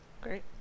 Great